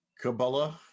Kabbalah